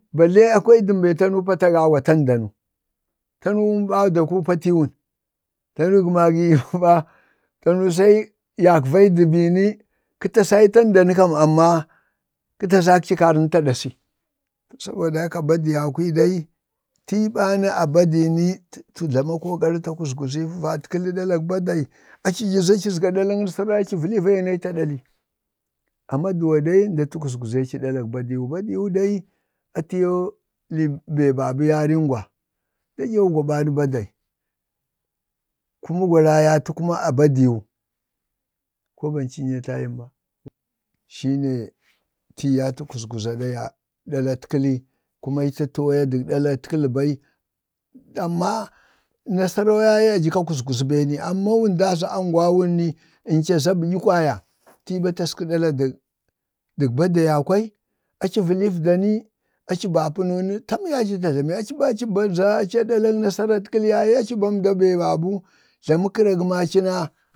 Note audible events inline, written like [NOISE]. balle akwai dəm bee tanu patu agawa tandanʊ’ tanu wunɓa daku patii wun, tanu gama gi [LAUGHS] gəma, tanu sai yagvayi du bini kə tasai tandanu kan amma kə tasakci karantu ta ɗasi. to saboda haka badiya kwi dai tii ɓai a badii ni tə tə jlama kokari ta kuzguzi fəvatkəl; ɗalak badani aci ja za aci azga ɗalaŋ aci vəli vayaŋ na aci ta ddi, amadu wa dai nda tə kuzguze ci ɗalak badiiwa, badiiwu atiyoo be babə yaringa, nda nyawuwa ɓa badale, kuma wu rayatu a badiiwa. ko ban cinye time ba? shine tii yaye tə kuzguza ɗalatkəl; shine aci tə kuzguza dalatkəl bai amma nasaroo yaye aji ka kuzguzi be ni amma wun daaa angwawun ni, əncaza badyi kwaya, tii ba təska dala dək badayakwai, aci vələvda ni, aci ba apənu ni tam yaye aci ta jlami aci ba aca ɗalaŋ nasaratkəli yaye aci bau nda be jlama kəra gəna maci na.